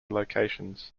locations